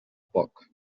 poc